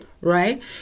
right